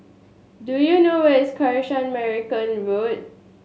do you know where is Kanisha Marican Road